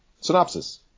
Synopsis